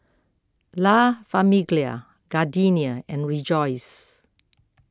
La Famiglia Gardenia and Rejoice